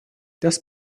das